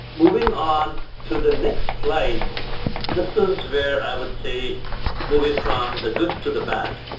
moving on to the next slide this is where i would say moving from the good to the bad.